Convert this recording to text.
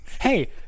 Hey